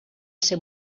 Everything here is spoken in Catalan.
ser